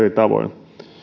tavoin